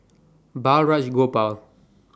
Balraj Gopal